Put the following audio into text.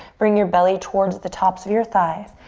bring your belly towards the tops of your thighs.